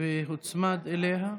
הוצמדה אליה,